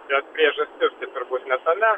bet priežastis kaip ir bus ne tame